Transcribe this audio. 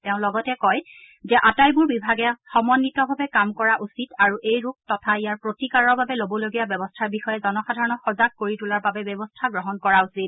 তেওঁ লগতে কয় যে আটাইবোৰ বিভাগে সমন্নিতভাৱে কাম কৰা উচিত আৰু এই ৰোগ তথা ইয়াৰ প্ৰতিকাৰৰ বাবে লবলগীয়া ব্যৱস্থাৰ বিষয়ে জনসাধাৰণক সজাগ কৰি তোলাৰ বাবে ব্যৱস্থা গ্ৰহণ কৰা উচিত